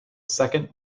second